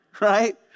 right